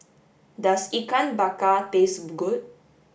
does ikan bakar taste good